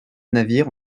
navire